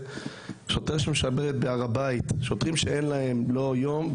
שוטרים בהר הבית הם שוטרים שאין להם לא יום,